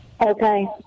Okay